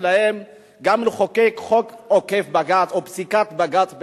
להם גם לחוקק חוק עוקף בג"ץ או פסיקת בג"ץ,